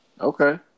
Okay